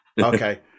okay